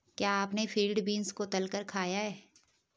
क्या आपने field beans को तलकर खाया है?